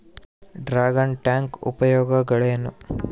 Dragon tank ಉಪಯೋಗಗಳೇನು?